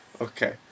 Okay